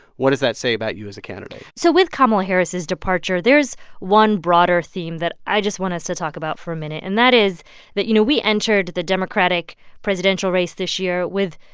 what does that say about you as a candidate? so with kamala harris' departure, there's one broader theme that i just want us to talk about for a minute. and that is that, you know, we entered the democratic presidential race this year with,